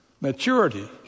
Maturity